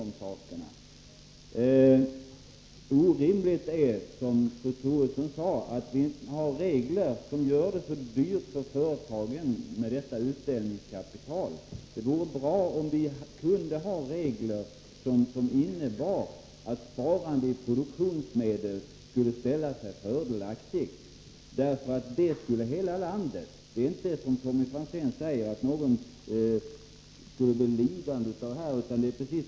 Orimligt däremot är, som Ingegerd Troedsson sade, att vi har regler, som gör det så dyrt för företagen att skaffa nytt kapital. Det vore bra om vi hade regler, som innebar att sparande i produktionsmedel ställde sig fördelaktigt. Ingen skulle bli lidande, vilket Tommy Franzén påstår.